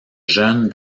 jeune